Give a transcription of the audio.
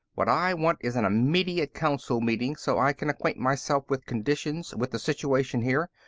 what i want is an immediate council meeting so i can acquaint myself with conditions, with the situation here.